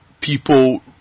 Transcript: people